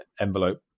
envelope